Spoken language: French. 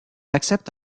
accepte